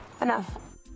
enough